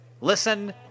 listen